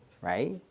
right